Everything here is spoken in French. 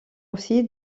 aussi